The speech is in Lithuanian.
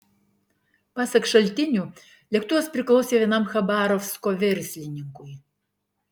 pasak šaltinių lėktuvas priklausė vienam chabarovsko verslininkui